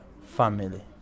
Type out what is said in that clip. family